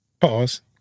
Pause